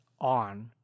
on